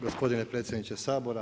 Gospodine predsjedniče Sabora.